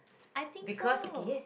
i think so